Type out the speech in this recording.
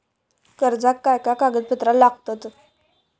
कर्जाक काय काय कागदपत्रा लागतत?